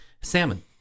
Salmon